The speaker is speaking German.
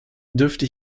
dürfte